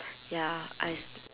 ya I s~